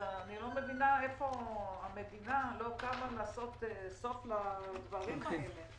אני לא מבינה איך המדינה לא עושה סוף לדברים האלה.